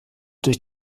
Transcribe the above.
durch